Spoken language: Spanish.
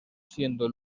siendo